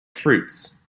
fruits